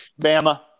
Bama